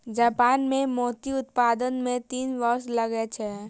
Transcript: Japan मे मोती उत्पादन मे तीन वर्ष लगै छै